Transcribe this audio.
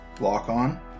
lock-on